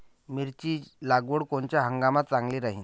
मिरची लागवड कोनच्या हंगामात चांगली राहीन?